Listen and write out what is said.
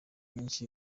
nyinshi